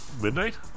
Midnight